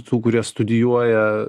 tų kurie studijuoja